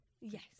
yes